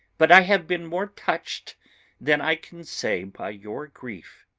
but i have been more touched than i can say by your grief.